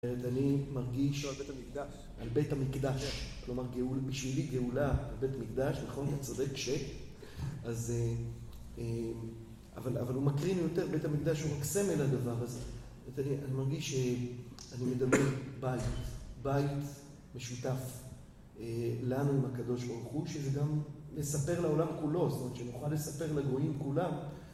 אני מרגיש שעל בית המקדש על בית מקדש, כלומר גאו בשבילי גאולה, על בית המקדש, נכון, אתה צודק ש, אז ממ אבל הוא מ מקרין יותר בית המקדש הוא רק סמל לדבר הזה. אני מרגיש שאני מדבר בית, בית משותף לנו עם הקדוש ברוך הוא, שזה גם מספר לעולם כולו, זאת נוכל לספר לגויים כולם.